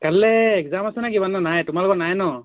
কাইলে একজাম আছে নি তোমালোকৰ নাই ন